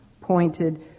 pointed